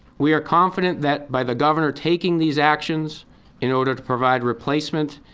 we are confident that by the governor taking these actions in order to provide replacement,